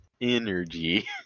energy